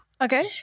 Okay